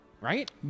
right